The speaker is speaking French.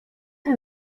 ces